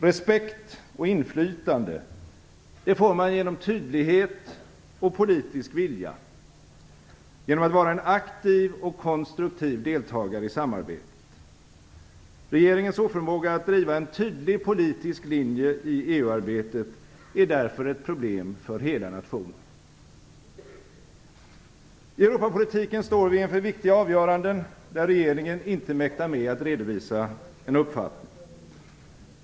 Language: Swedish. Respekt och inflytande får man genom tydlighet och politisk vilja, genom att vara en aktiv och konstruktiv deltagare i samarbetet. Regeringens oförmåga att driva en tydlig politisk linje i EU-arbetet är därför ett problem för hela nationen. I Europapolitiken står vi inför viktiga avgöranden, där regeringen inte mäktar med att redovisa en uppfattning.